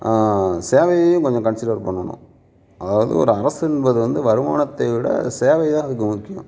சேவையையும் கொஞ்சம் கன்சிடெர் பண்ணணும் அதாவது ஒரு அரசு என்பது வந்து வருமானத்தை விட சேவை தான் அதுக்கு முக்கியம்